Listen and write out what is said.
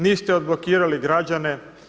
Niste odblokirali građane.